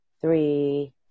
three